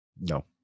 No